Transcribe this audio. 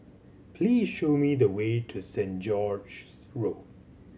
please show me the way to Saint George's Road